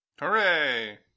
Hooray